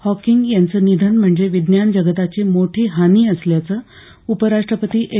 Hawking यांचंनिधन म्हणजे विज्ञान जगताची मोठीहानी असल्याचं उपराष्ट्रपती एम